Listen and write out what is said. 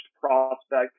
prospect